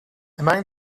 among